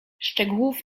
szczegółów